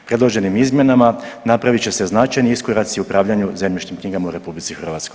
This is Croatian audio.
Predloženim izmjenama napravit će se značajni iskoraci u upravljanju zemljišnim knjigama u RH.